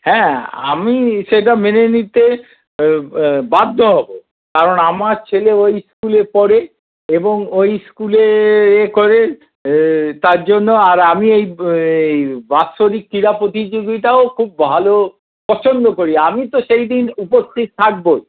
হ্যাঁ আমি সেটা মেনে নিতে বাধ্য হব কারণ আমার ছেলে ওই স্কুলে পড়ে এবং ওই স্কুলে ইয়ে করে তার জন্য আর আমি এই বাৎসরিক ক্রীড়া প্রতিযোগিতাও খুব ভালো পছন্দ করি আমি তো সেইদিন উপস্থিত থাকবোই